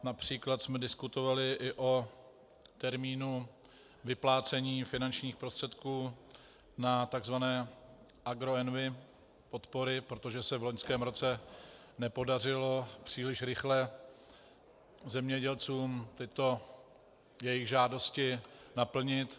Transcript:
Například jsme diskutovali i o termínu vyplácení finančních prostředků na tzv. agroenvi podpory, protože se v loňském roce nepodařilo příliš rychle zemědělcům tyto jejich žádosti naplnit.